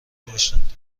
داشتند